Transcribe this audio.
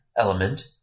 element